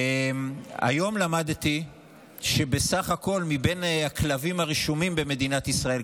היום למדתי שבסך הכול מבין הכלבים הרשומים במדינת ישראל,